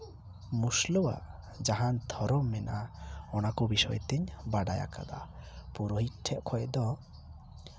ᱢᱩᱥᱞᱟᱹᱣᱟᱜ ᱡᱟᱦᱟᱱ ᱫᱷᱚᱨᱚᱢ ᱢᱮᱱᱟᱜᱼᱟ ᱚᱱᱟᱠᱚ ᱵᱤᱥᱚᱭ ᱫᱚᱧ ᱵᱟᱰᱟᱭ ᱟᱠᱟᱫᱟ ᱯᱩᱨᱳᱦᱤᱛ ᱴᱷᱮᱡ ᱠᱷᱚᱡ ᱫᱚ